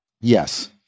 Yes